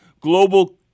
global